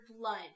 blood